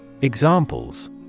Examples